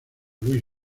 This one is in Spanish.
luis